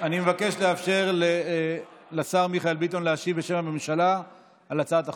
אני מבקש לאפשר לשר מיכאל ביטון להשיב בשם הממשלה על הצעת החוק.